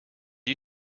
you